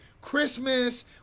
Christmas